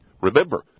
Remember